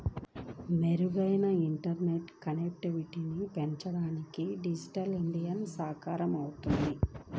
మెరుగైన ఇంటర్నెట్ కనెక్టివిటీని పెంచడం ద్వారా డిజిటల్ ఇండియా సాకారమవుద్ది